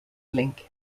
link